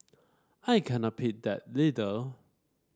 I cannot pick that leader